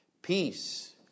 Peace